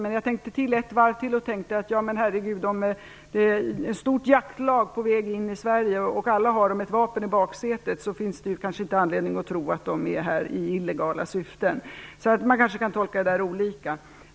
Men när jag tänkte till ett varv slog det mig: Men herregud, om ett stort jaktlag är på väg in i Sverige har de alla ett vapen i baksätet. Det finns kanske inte anledning att tro att de är här i illegala syften. Man kanske kan tolka det där olika.